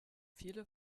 viele